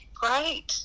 great